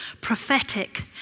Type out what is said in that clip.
prophetic